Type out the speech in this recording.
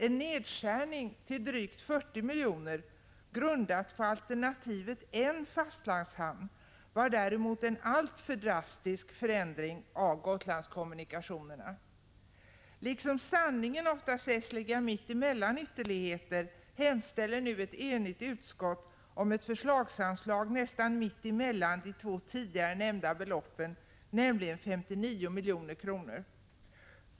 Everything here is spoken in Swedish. En nedskärning till drygt 40 milj.kr., grundat på alternativet en fastlandshamn, var däremot en alltför drastisk förändring av Gotlandskommunikationerna. Liksom sanningen ofta sägs ligga mitt emellan ytterligheter hemställer nu ett enigt utskott om ett förslagsanslag nästan mitt emellan de två tidigare nämnda beloppen, nämligen på 59 milj.kr.